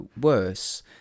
worse